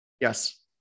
Yes